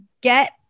get